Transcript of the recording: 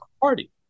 party